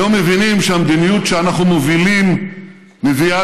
היום מבינים שהמדיניות שאנחנו מובילים מביאה